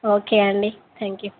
okay అండి thank you